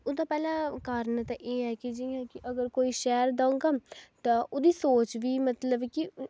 ओह्दा पैह्ला कारण ते एह् ऐ कि जि'यां अगर कोई शैह्र दा होगा ते ओह्दी सोच बी मतलब कि